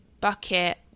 bucket